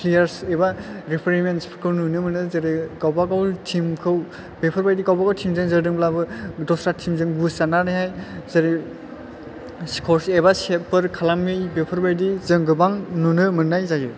flares एबा रिफेरि मेनसफोरखौ नुनो मोनो जेरै गावबागाव थिमखौ बेफोरबादि गाव बागाव थिमजों जोदोंब्लाबो दसरा थिमजों गुस जानानै हाय जेरै सिखर बा सेबफोर खालामि बेफोरबादि जों गोबां नुनो मोननाय जायो